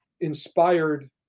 inspired